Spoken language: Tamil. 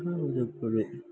சுய உதவிக் குழு